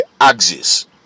axis